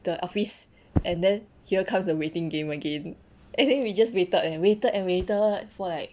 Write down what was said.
the office and then here comes the waiting game again I think we just waited and waited and waited for like